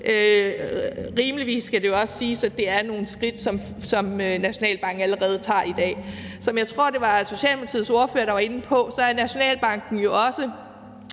Rimeligvis skal det jo også siges, at det er nogle skridt, som Nationalbanken allerede tager i dag. Som jeg tror at det var Socialdemokratiets ordfører der var inde på, er Nationalbanken også